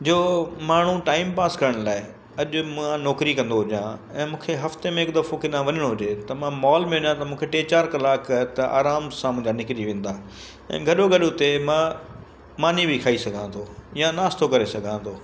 जो माण्हू टाइमपास करण लाइ अॼु मां नौकिरी कंदो हुजा ऐं मूंखे हफ़्ते में हिकु दफ़ो केॾा वञिणो हुजे त मां मॉल में न त टे चारि कलाक त आराम सां मुंहिंजा निकिरी वेंदा ऐं गॾो गॾु उते मां मानी बि खाई सघां थो या नाश्तो करे सघां थो